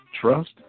trust